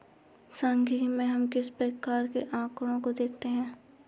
सांख्यिकी में हम किस प्रकार के आकड़ों को देखते हैं?